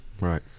Right